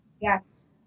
Yes